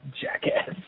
Jackass